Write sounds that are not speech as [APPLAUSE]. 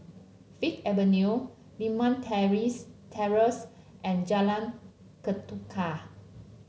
Fifth Avenue Limau Terrace Torrace and Jalan Ketuka [NOISE]